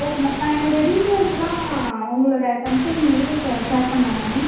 okay ma'am நான் என்னோடய டீட்டெய்ல்ஸ்ஸுலாம் உங்களோடய கம்பெனி மெய்லுக்கு ஷேர் பண்ணலாமா மேம்